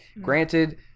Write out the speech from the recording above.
Granted